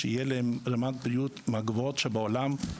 ושרמת הבריאות תהיה מהגבוהות בעולם.